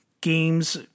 games